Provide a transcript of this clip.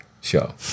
show